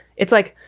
it's like,